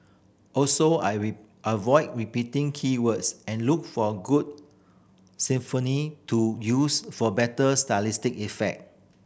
also I I avoid repeating key words and look for good to use for better stylistic effect